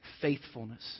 faithfulness